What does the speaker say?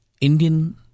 Indian